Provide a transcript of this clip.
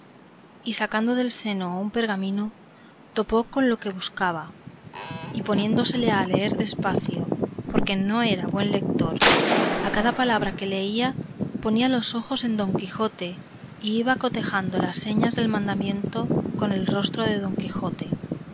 y sacando del seno un pergamino topó con el que buscaba y poniéndosele a leer de espacio porque no era buen lector a cada palabra que leía ponía los ojos en don quijote y iba cotejando las señas del mandamiento con el rostro de don quijote